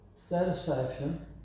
satisfaction